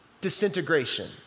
Disintegration